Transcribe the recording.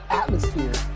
atmosphere